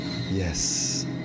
yes